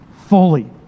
fully